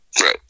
Right